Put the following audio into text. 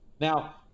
now